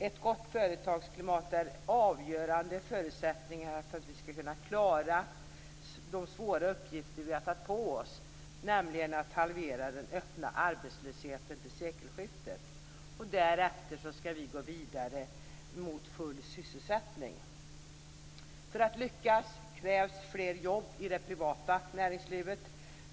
Ett gott företagsklimat är en avgörande förutsättning för att vi skall kunna klara de svåra uppgifter som vi har tagit på oss, nämligen att halvera den öppna arbetslösheten före sekelskiftet. Därefter skall vi gå vidare mot full sysselsättning. För att vi skall lyckas krävs fler jobb i det privata näringslivet.